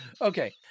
Okay